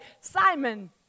Simon